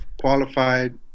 qualified